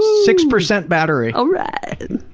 six percent battery! all right!